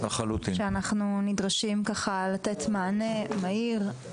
שאנחנו נדרשים לתת מענה מהיר,